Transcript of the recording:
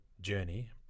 journey